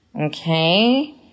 Okay